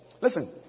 listen